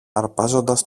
αρπάζοντας